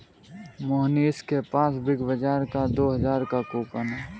मोहनीश के पास Big Bazaar का दो हजार का कूपन है